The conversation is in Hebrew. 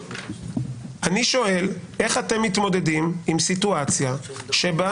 אני שואל איך אתם מתמודדים עם סיטואציה שבה